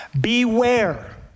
Beware